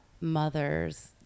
mothers